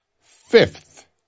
Fifth